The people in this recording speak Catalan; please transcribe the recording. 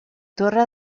torre